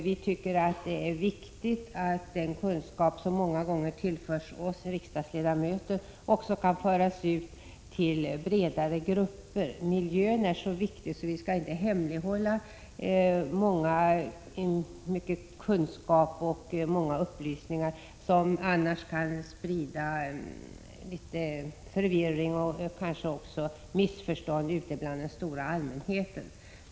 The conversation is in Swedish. Vi tycker att den kunskap som många gånger tillförs oss som ledamöter också bör föras ut till bredare grupper. Miljön är så viktig att vi inte bör hemlighålla den stora kunskap och de många upplysningar vi får om saker — annars kan det spridas förvirring och kanske också missförstånd ute bland den stora allmänheten.